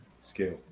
scale